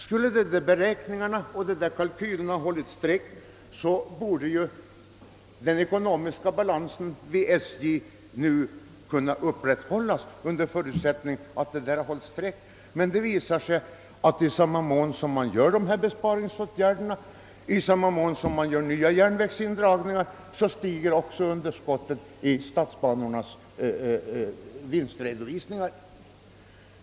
Skulle dessa kalkyler ha hållit streck, borde SJ:s ekonomiska balans nu kunna upprätthållas. Det visar sig emellertid att i samma mån som man vidtar dessa besparingsåtgärder och drar in ytterligare järnvägar stiger underskottet i statsbanornas redovisning.